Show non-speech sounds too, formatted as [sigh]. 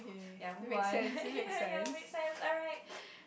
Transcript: ya move on [laughs] ya make sense alright